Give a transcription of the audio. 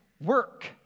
work